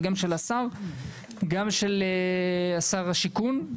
וגם של שר השיכון.